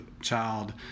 child